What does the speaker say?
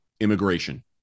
immigration